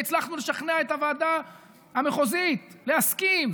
והצלחנו לשכנע את הוועדה המחוזית להסכים,